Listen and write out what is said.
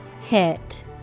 Hit